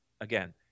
Again